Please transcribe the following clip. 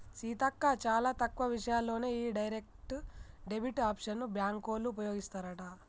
సీతక్క చాలా తక్కువ విషయాల్లోనే ఈ డైరెక్ట్ డెబిట్ ఆప్షన్ బ్యాంకోళ్ళు ఉపయోగిస్తారట